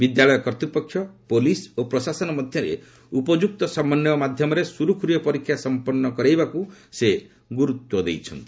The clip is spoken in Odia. ବିଦ୍ୟାଳୟ କର୍ତ୍ତୃପକ୍ଷ ପୋଲିସ ଓ ପ୍ରଶାସନ ମଧ୍ୟରେ ଉପଯୁକ୍ତ ସମନ୍ୱୟ ମାଧ୍ୟମରେ ସୁରୁଖୁରୁରେ ପରୀକ୍ଷା ସମ୍ପନ୍ନ କରିବାକୁ ସେ ଗୁରୁତ୍ୱ ଦେଇଛନ୍ତି